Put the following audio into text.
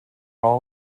all